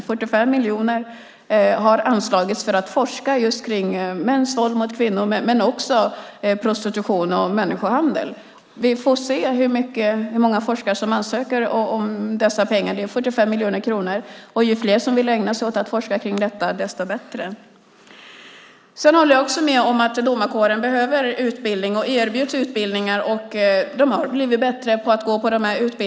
45 miljoner har anslagits för forskning om mäns våld mot kvinnor men också om prostitution och människohandel. Vi får se hur många forskare som ansöker om dessa pengar. Det är 45 miljoner kronor. Ju fler som vill ägna sig åt att forska om detta, desto bättre. Sedan håller jag också med om att domarkåren behöver utbildning. De erbjuds också utbildningar, och de har blivit bättre på att gå på dem.